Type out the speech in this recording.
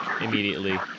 immediately